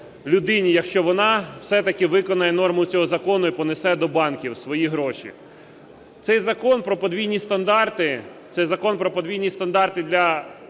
якщо вона все-таки виконає норму цього закону і понесе до банків свої гроші. Цей закон про подвійні стандарти, цей закон